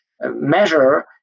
measure